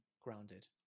grounded